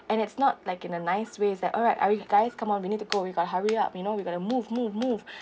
and it's not like in a nice way it's like alright are you guys come on we need to go we got to hurry up you know we got to move move move